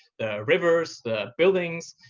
the rivers, the buildings,